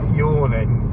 yawning